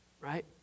right